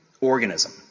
organism